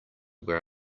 were